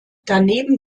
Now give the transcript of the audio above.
daneben